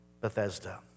Bethesda